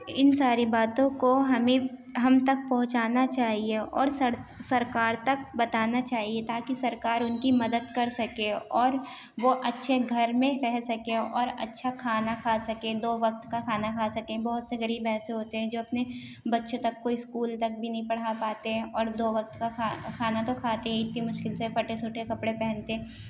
ان ساری باتوں کو ہمیں ہم تک پہنچانا چاہیے اور سرکار تک بتانا چاہیے تاکہ سرکار ان کی مدد کر سکے اور وہ اچھے گھر میں رہ سکیں اور اچھا کھانا کھا سکیں دو وقت کا کھانا کھا سکیں بہت سے غریب ایسے ہوتے ہیں جو اپنے بچوں تک کو اسکول تک بھی نہیں پڑھا پاتے ہیں اور دو وقت کا کھانا تو کھاتے ہی اتنی مشکل سے پھٹے سٹے کپڑے پہنتے ہیں